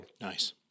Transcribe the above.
Nice